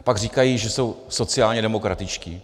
Pak říkají, že jsou sociálně demokratičtí.